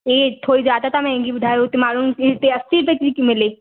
हीअ थोरी जादा था महांगी ॿुधायो हुते माण्हुनि खे हिते असी रुपे थी मिले